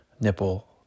nipple